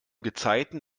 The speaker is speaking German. gezeiten